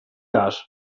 gas